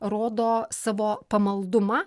rodo savo pamaldumą